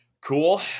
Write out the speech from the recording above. cool